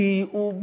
כי הוא,